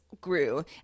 grew